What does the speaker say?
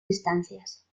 distancias